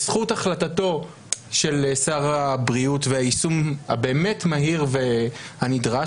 בזכות החלטתו של שר הבריאות והיישום הבאמת מהיר ונדרש,